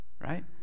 right